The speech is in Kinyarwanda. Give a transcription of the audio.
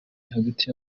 hagati